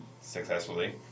successfully